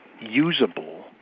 Usable